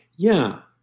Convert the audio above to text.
yeah.